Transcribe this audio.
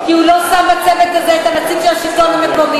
כי הוא לא שם בצוות הזה את הנציג של השלטון המקומי,